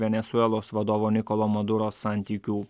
venesuelos vadovo nikolo mazuro santykių